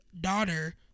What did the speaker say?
daughter